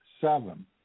seven